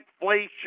inflation